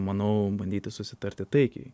manau bandyti susitarti taikiai